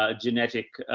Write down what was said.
ah genetic,